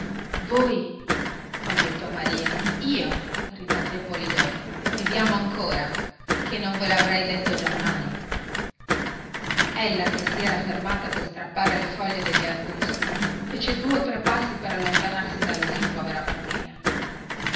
voi balbettò maria io ribatte polidori che vi amo ancora e che non ve lo avrei detto giammai ella che si era fermata per strappare le foglie degli arbusti fece due o tre passi per allontanarsi da lui povera bambina